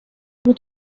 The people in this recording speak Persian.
بود